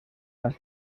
las